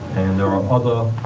there are other,